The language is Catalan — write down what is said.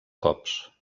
cops